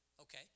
Okay